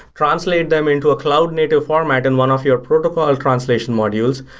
translate them into a cloud native format in one of your protocol translation modules,